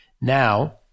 Now